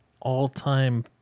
all-time